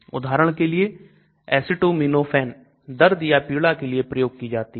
उदाहरण के लिए Acetominophen दर्द या पीड़ा के लिए प्रयोग की जाती है